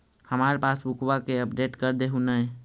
हमार पासबुकवा के अपडेट कर देहु ने?